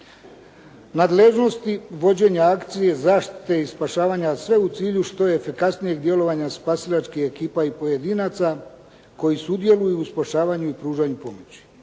Nadležnosti vođenja akcije zaštite i spašavanja sve u cilju što efikasnijeg djelovanja spasilačkih ekipa i pojedinaca koji sudjeluju u spašavanju i pružanju pomoći.